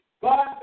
God